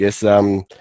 yes